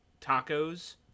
tacos